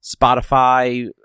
Spotify